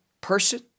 person